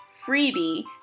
freebie